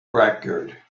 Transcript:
record